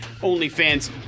OnlyFans